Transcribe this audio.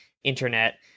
internet